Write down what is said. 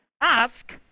ask